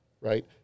right